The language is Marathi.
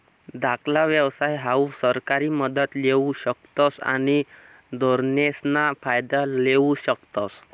धाकला व्यवसाय हाऊ सरकारी मदत लेवू शकतस आणि धोरणेसना फायदा लेवू शकतस